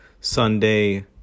Sunday